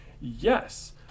Yes